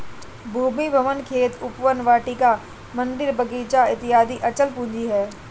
भूमि, भवन, खेत, उपवन, वाटिका, मन्दिर, बगीचा इत्यादि अचल पूंजी है